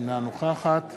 אינה נוכחת